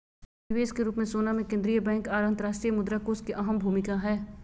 निवेश के रूप मे सोना मे केंद्रीय बैंक आर अंतर्राष्ट्रीय मुद्रा कोष के अहम भूमिका हय